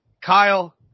kyle